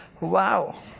Wow